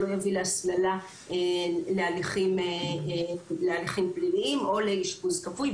שלא יביא להסללה להליכים פליליים או לאשפוז כפוי,